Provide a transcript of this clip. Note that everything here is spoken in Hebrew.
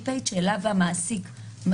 האכיפה והרגולציה.